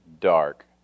dark